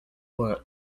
were